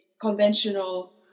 conventional